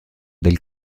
del